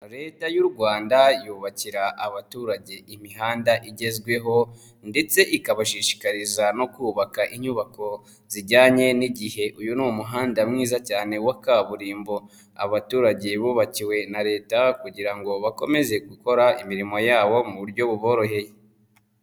Leta y'u rwanda yubakira abaturage imihanda igezweho ndetse ikabashishikariza no kubaka inyubako zijyanye n'igihe. Uyu ni umuhanda mwiza cyane wa kaburimbo, abaturage bubakiwe na leta kugira ngo bakomeze gukora imirimo yabo mu buryo buboroheye.